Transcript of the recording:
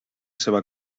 seva